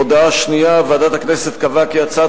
הודעה שנייה: ועדת הכנסת קבעה כי הצעת